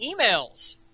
emails